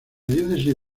diócesis